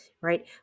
right